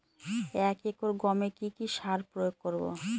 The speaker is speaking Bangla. এক একর গমে কি কী সার প্রয়োগ করব?